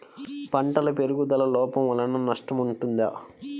పంటల పెరుగుదల లోపం వలన నష్టము ఉంటుందా?